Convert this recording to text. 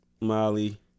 Molly